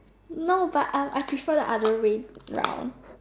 not but I I prefer the other rain round